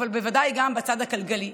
אבל בוודאי גם בצד הכלכלי.